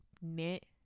knit